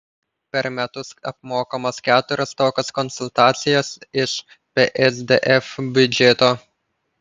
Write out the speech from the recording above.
per metus apmokamos keturios tokios konsultacijos iš psdf biudžeto